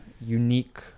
unique